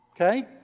okay